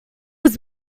was